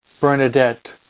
Bernadette